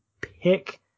pick